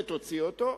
וכדאי להוציא אותו,